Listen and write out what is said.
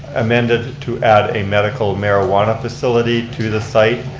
amended to add a medical marijuana facility to the site,